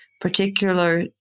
particular